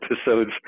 episodes